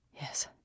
Yes